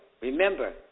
Remember